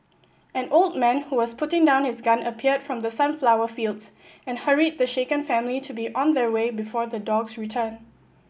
an old man who was putting down his gun appeared from the sunflower fields and hurried the shaken family to be on their way before the dogs return